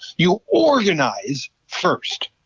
you organize first.